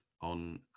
on